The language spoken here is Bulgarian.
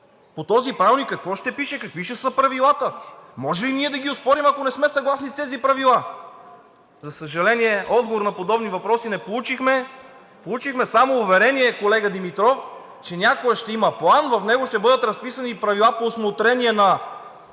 по този правилник какво ще пише, какви ще са правилата? Може ли ние да ги оспорим, ако не сме съгласни с тези правила? За съжаление, отговор на подобни въпроси не получихме, а получихме само уверение, колега Димитров, че някога ще има План и в него ще бъдат разписани правила по усмотрение на изпълнителната